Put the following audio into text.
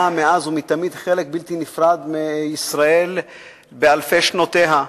מאז ומתמיד חלק בלתי נפרד מישראל באלפי שנותיה.